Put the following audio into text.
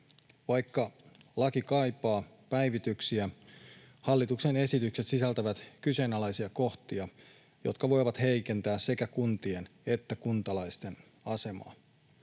Vaikka laki kaipaa päivityksiä, hallituksen esitykset sisältävät kyseenalaisia kohtia, jotka voivat heikentää sekä kuntien että kuntalaisten asemaa.